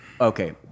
Okay